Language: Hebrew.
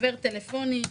חבר טלפוני,